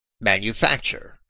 manufacture